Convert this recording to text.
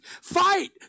Fight